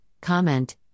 comment